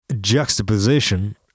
juxtaposition